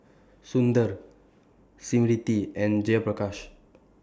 Sundar Smriti and Jayaprakash